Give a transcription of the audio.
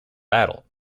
battle